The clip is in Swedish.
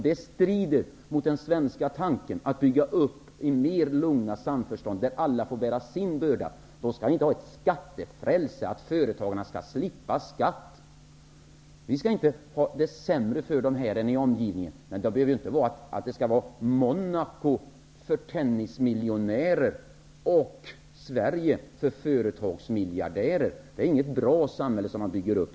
Detta strider mot den svenska tanken, att bygga upp ett samhälle i ett lugnt samförstånd, där alla får bära sin börda. Då skall vi inte ha ett skattefrälse, där företagarna slipper skatt. De skall inte ha det sämre här än i omvärlden, men det skall inte vara ett Monaco för tennismiljonärer och ett Sverige för företagsmiljardärer. Det är inte något bra samhälle som man då bygger upp.